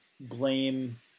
blame